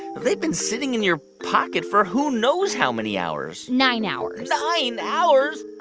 they've been sitting in your pocket for who knows how many hours nine hours nine hours?